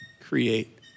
create